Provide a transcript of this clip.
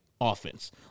offense